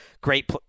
great